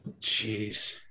Jeez